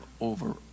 over